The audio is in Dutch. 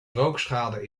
rookschade